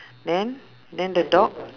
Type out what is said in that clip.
then then the dog